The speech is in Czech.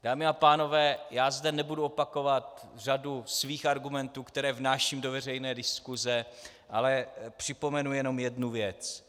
Dámy a pánové, já zde nebudu opakovat řadu svých argumentů, které vnáším do veřejné diskuse, ale připomenu jenom jednu věc.